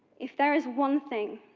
if there is one thing